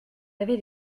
avez